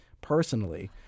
personally